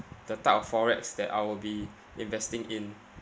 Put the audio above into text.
the type of FOREX that I will be investing in